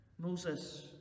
Moses